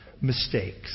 mistakes